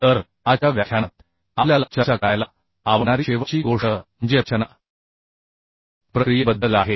तर आजच्या व्याख्यानात आपल्याला चर्चा करायला आवडणारी शेवटची गोष्ट म्हणजे रचना प्रक्रियेबद्दल आहे